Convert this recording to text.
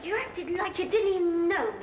you know